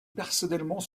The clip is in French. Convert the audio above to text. personnellement